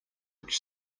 which